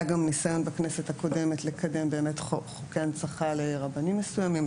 היה גם ניסיון בכנסת הקודמת לקדם באמת חוקי הנצחה לרבנים מסוימים,